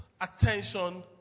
attention